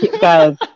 guys